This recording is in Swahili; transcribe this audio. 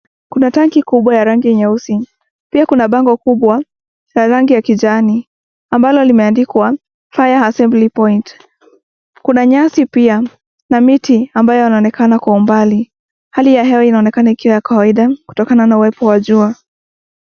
Kuna tanki kubwa ya rangi nyeusi, pia kuna bango kubwa ya rangi ya kijani ambalo limeandikwa fire assembly point. Kuna nyasi pia na miti, ambayo yanaonekana kwa umbali. Hali ya hewa inaonekana ikiwa ya kawaida kutokana na uwepo wa jua.